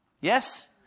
Yes